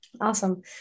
awesome